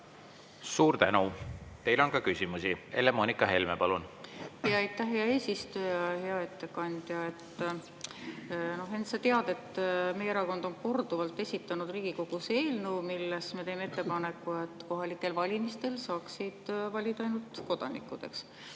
Suur tänu! Teile on ka küsimusi. Helle-Moonika Helme, palun! Aitäh, hea eesistuja! Hea ettekandja! Henn, sa tead, et meie erakond on korduvalt esitanud Riigikogus eelnõu, milles me teeme ettepaneku, et kohalikel valimistel saaksid valida ainult kodanikud, eks,